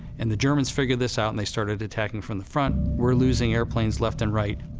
and the germans figured this out, and they started attacking from the front. we're losing airplanes left and right.